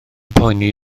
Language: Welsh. poeni